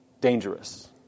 dangerous